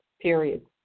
period